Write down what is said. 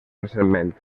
recentment